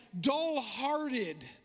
dull-hearted